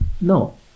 No